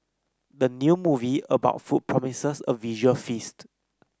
the new movie about food promises a visual feast